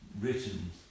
written